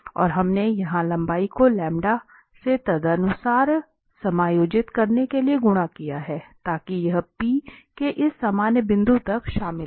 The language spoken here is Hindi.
और हमने यहां लंबाई को से तदनुसार समायोजित करने के लिए गुणा किया है ताकि यह P से इस सामान्य बिंदु तक शामिल हो